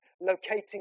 locating